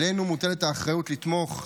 עלינו מוטלת האחריות לתמוך,